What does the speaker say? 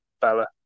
Bella